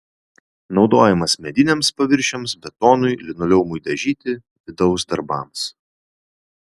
naudojamas mediniams paviršiams betonui linoleumui dažyti vidaus darbams